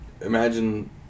imagine